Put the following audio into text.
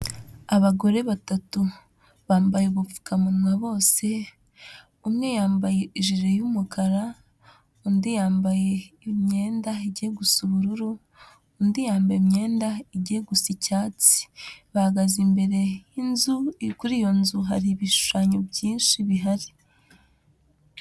Abagore batatu bambaye ubupfukamunwa bose, umwe yambaye ijiri y'umukara, undi yambaye imyenda ijya gusa ubururu, undi yambaye imyenda ijya gusa icyatsi, bahagaze imbere y'inzu kuri iyo nzu hari ibishushanyo byinshi bihari.